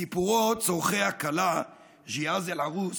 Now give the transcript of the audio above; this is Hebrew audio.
בסיפורו "צורכי הכלה", ג'יהאז אל-ערוס,